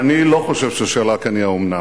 אני לא חושב שהשאלה כאן היא "האומנם".